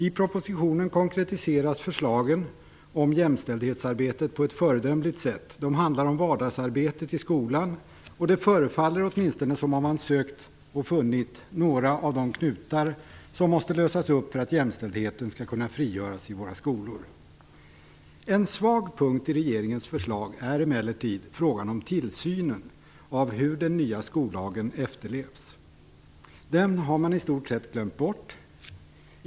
I propositionen konkretiseras förslagen om jämställdhetsarbetet på ett föredömligt sätt. De handlar om vardagsarbetet i skolan, och det förefaller åtminstone som om man sökt och funnit några av de knutar som måste lösas upp för att jämställdheten skall kunna frigöras i våra skolor. En svag punkt i regeringens förslag är emellertid frågan om tillsynen av hur den nya skollagen efterlevs. Den har man i stort sett glömt bort.